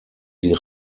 die